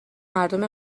مردم